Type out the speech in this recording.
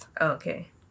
Okay